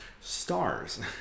Stars